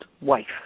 wife